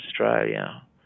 Australia